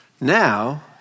Now